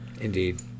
Indeed